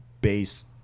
base